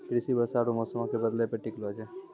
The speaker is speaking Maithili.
कृषि वर्षा आरु मौसमो के बदलै पे टिकलो छै